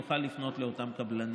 נוכל לפנות לאותם קבלנים.